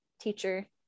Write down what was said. teacher